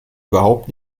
überhaupt